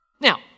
Now